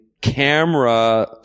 camera